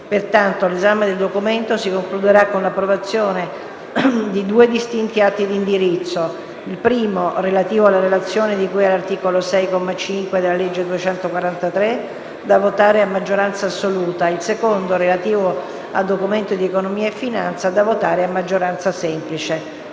Pertanto, l'esame del Documento si concluderà con l'approvazione di due distinti atti di indirizzo: il primo relativo alla Relazione di cui all'articolo 6, comma 5, della legge n. 243 del 2012, da votare a maggioranza assoluta; il secondo relativo al Documento di economia finanza, da votare a maggioranza semplice.